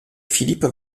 philippe